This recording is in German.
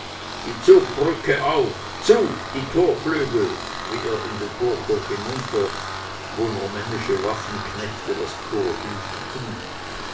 die zugbrücke auf zu die torflügel schrie er in den burghof hinunter wo normännische waffenknechte das tor